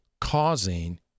causing